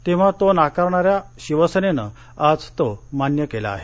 तेव्हा तो नाकारणाऱ्या शिवसेनेनं आज तो मान्य केला आहे